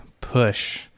push